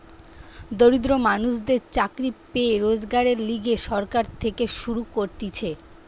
দরিদ্র মানুষদের চাকরি পেয়ে রোজগারের লিগে সরকার থেকে শুরু করতিছে